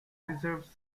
reserves